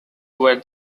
were